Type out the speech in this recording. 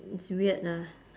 it's weird ah